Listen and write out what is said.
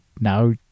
now